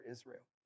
Israel